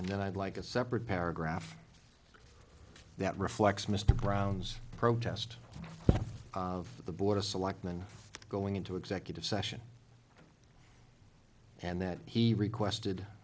and then i'd like a separate paragraph that reflects mr brown's protest of the board of selectmen going into executive session and that he requested